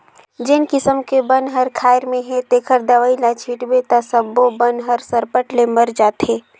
जेन किसम के बन हर खायर में हे तेखर दवई ल छिटबे त सब्बो बन हर सरपट ले मर जाथे